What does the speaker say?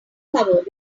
covered